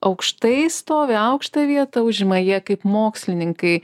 aukštai stovi aukštą vietą užima jie kaip mokslininkai